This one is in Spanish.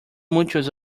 muchos